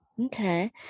Okay